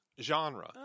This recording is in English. genre